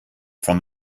from